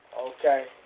okay